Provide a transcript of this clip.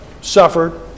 suffered